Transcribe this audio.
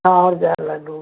माएं ॼा लडू बि अथव हा